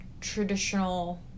traditional